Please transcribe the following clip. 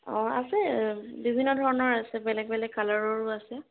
অ' আছে বিভিন্ন ধৰণৰ আছে বেলেগ বেলেগ কালাৰৰো আছে